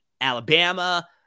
Alabama